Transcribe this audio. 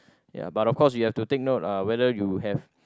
ya but of course you have to take note uh whether you have